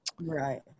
Right